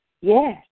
Yes